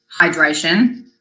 hydration